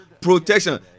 protection